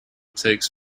takes